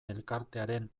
elkartearen